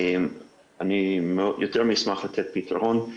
אני יותר מאשמח לתת פתרון.